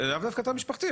לאו דווקא תא משפחתי.